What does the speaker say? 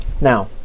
Now